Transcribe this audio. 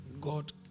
God